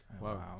Wow